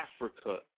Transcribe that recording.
Africa